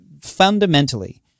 fundamentally